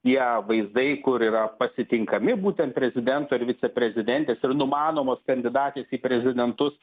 tie vaizdai kur yra pasitinkami būtent prezidento ir viceprezidentės ir numanomos kandidatės į prezidentus